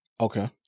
Okay